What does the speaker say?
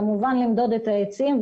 כמובן למדוד את העצים,